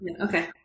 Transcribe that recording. Okay